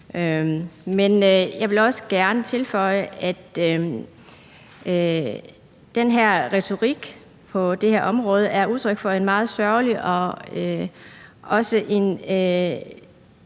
Men jeg vil også gerne tilføje, at retorikken på det her område er udtryk for noget meget sørgeligt og en